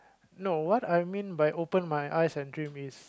no what I mean by open my eyes and dream is